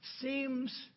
seems